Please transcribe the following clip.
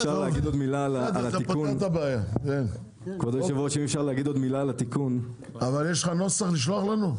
אבל יש לך נוסח לשלוח לנו?